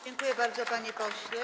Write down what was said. Dziękuję bardzo, panie pośle.